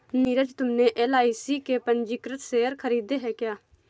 नीरज तुमने एल.आई.सी के पंजीकृत शेयर खरीदे हैं क्या?